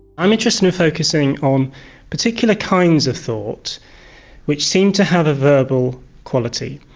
i'm interested in focusing on particular kinds of thought which seem to have a verbal quality.